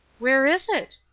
where is it?